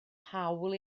hawl